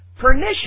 Pernicious